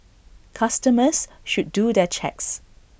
customers should do their checks